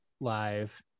live